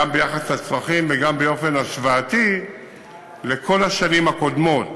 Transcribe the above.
גם ביחס לצרכים וגם באופן השוואתי לכל השנים הקודמות.